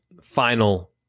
final